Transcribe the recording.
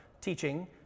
teaching